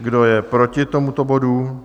Kdo je proti tomuto bodu?